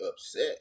upset